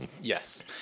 Yes